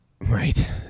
right